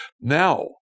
Now